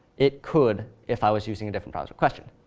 it could, if i was using a different browser. question?